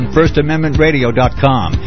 FirstAmendmentRadio.com